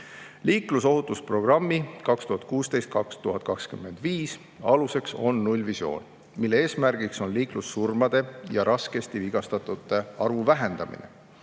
Liiklusohutusprogrammi 2016–2025 aluseks on nullvisioon, mille eesmärgiks on liiklussurmade ja raskesti vigastatute arvu vähendamine.